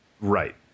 Right